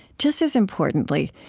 just as importantly,